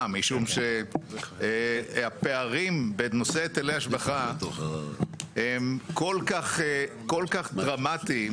משום שהפערים בנושא היטלי השבחה הם כל כך דרמטיים,